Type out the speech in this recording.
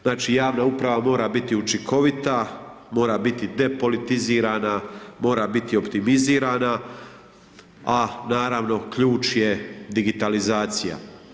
Znači javna uprava mora biti učinkovita, mora biti depolitizirana, mora biti optimizirana, a naravno, ključ je digitalizacija.